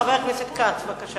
חבר הכנסת יעקב כץ, בבקשה.